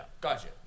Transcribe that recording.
Gotcha